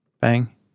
bang